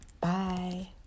Bye